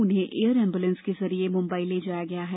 उन्हें air ambulance के जरिए मुंबई ले जाया गया है